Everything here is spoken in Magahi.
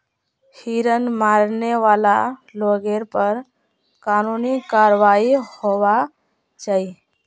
हिरन मारने वाला लोगेर पर कानूनी कारवाई होबार चाई